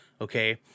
okay